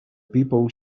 people